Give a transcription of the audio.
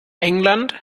england